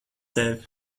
tevi